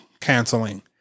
canceling